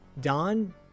Don